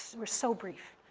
we're so brief,